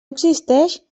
existeix